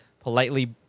politely